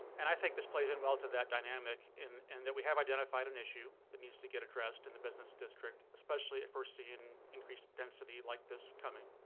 and i think this plays in well to that dynamic in and that we have identified an issue that needs to get addressed in the business district. especially, if we're seeing increased density like this coming.